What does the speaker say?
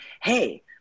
Hey